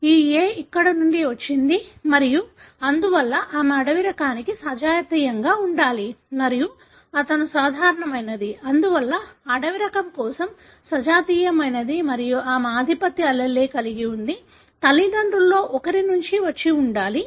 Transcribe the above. ఈ a ఇక్కడ నుండి వచ్చింది మరియు అందువల్ల ఆమె అడవి రకానికి సజాతీయంగా ఉండాలి మరియు అతను సాధారణమైనది అందువల్ల అడవి రకం కోసం సజాతీయమైనది మరియు ఆమె ఆధిపత్య allele కలిగి ఉంది తల్లిదండ్రులలో ఒకరి నుండి వచ్చి ఉండాలి